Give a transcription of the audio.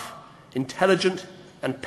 שנים לקיומה של ישראל,